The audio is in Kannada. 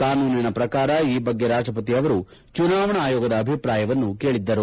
ಕಾನೂನಿನ ಪ್ರಕಾರ ಈ ಬಗ್ಗೆ ರಾಷ್ಟ್ರಪತಿ ಅವರು ಚುನಾವಣಾ ಆಯೋಗದ ಅಭಿಪ್ರಾಯವನ್ನು ಕೇಳಿದ್ದರು